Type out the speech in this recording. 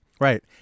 Right